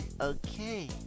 Okay